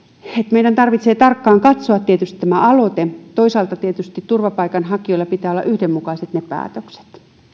meidän tarvitsee tarkkaan tietysti katsoa tämä aloite toisaalta tietysti turvapaikanhakijoilla pitää olla yhdenmukaiset päätökset